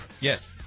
Yes